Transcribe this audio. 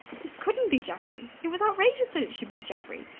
this couldn't be geoffrey! it was outrageous that it should be geoffrey!